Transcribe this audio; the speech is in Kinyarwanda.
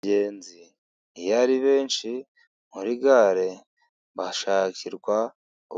Abagenzi iyari benshi muri gare, bashakirwa